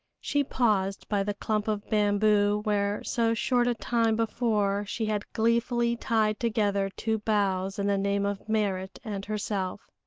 she paused by the clump of bamboo where so short a time before she had gleefully tied together two boughs in the name of merrit and herself.